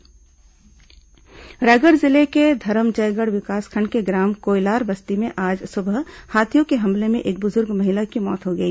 हाथी उत्पात रायगढ़ जिले में धरमजयगढ़ विकासखंड के ग्राम कोयलार बस्ती में आज सुबह हाथियों के हमले में एक बुजूर्ग महिला की मौत हो गई